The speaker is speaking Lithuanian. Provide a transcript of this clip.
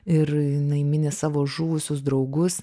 ir jinai mini savo žuvusius draugus